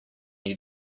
you